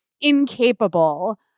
incapable